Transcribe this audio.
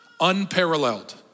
unparalleled